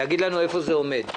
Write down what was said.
להגיד לנו איפה זה עומד.